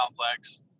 Complex